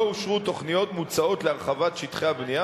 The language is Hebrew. לא אושרו תוכניות מוצעות להרחבת שטחי הבנייה